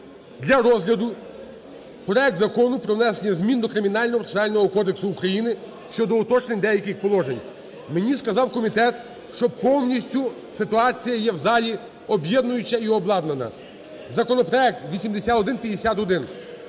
для розгляду проект Закону про внесення змін до Кримінально-процесуального кодексу України щодо уточнень деяких положень. Мені сказав комітет, що повністю ситуація є в залі об'єднуюча і обладнана. Законопроект 8151.